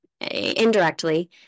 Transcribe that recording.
indirectly